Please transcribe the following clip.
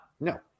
no